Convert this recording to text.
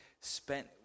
spent